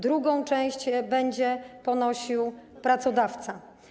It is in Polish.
Drugą część będzie pokrywał pracodawca.